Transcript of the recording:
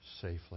safely